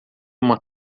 uma